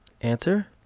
Answer